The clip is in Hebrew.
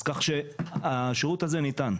כך שהשירות הזה ניתן.